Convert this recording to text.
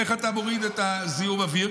איך אתה מוריד את זיהום האוויר,